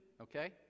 okay